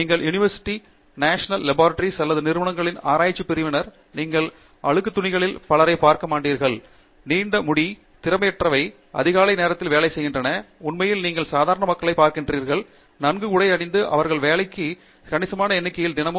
நீங்கள் யுனிவர்சிட்டிகளையோ national lab அல்லது நிறுவனங்களின் ஆராய்ச்சிப் பிரிவினர் நீங்கள் அழுக்கு துணிகளில் பலரைப் பார்க்க மாட்டீர்கள் நீண்ட முடி திறமையற்றவை அதிகாலை நேரத்தில் வேலை செய்கின்றன உண்மையில் நீங்கள் சாதாரண மக்களைப் பார்க்கிறீர்கள் நன்கு உடை அணிந்து அவற்றின் வேலைக்கு கணிசமான எண்ணிக்கையை தினமும்